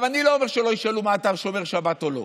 אני לא אומר שלא ישאלו אם אתה שומר שבת או לא,